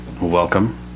Welcome